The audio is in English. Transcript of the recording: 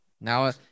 Now